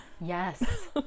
Yes